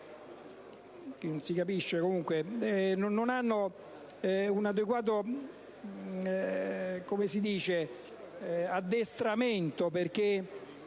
non hanno un adeguato addestramento,